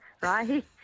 right